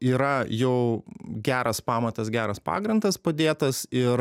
yra jau geras pamatas geras pagrindas padėtas ir